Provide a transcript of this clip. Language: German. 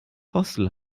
hostel